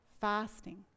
fasting